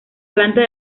planta